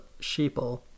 sheeple